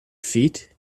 feet